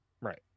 right